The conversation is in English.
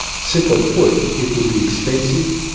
simply put, it would be expensive,